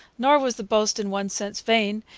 nor was the boast, in one sense, vain,